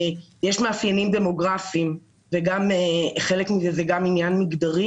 מאפיינים דמוגרפיים וחלק מזה זה גם עניין מגדרי